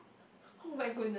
[oh]-my-goodness